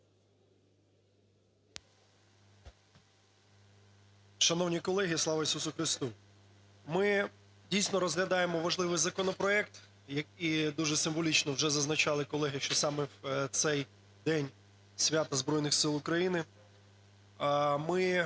Шановні колеги, Слава Ісусу Христу! Ми дійсно розглядаємо важливий законопроект і дуже символічно вже зазначали колеги, що саме в цей день свята Збройних Сил України, ми